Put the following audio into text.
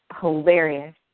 hilarious